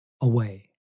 away